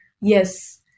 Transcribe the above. Yes